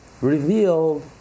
revealed